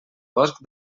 bosc